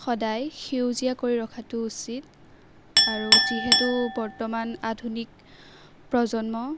সদায় সেউজীয়া কৰি ৰখাটো উচিত আৰু যিহেতু বৰ্তমান আধুনিক প্ৰজন্ম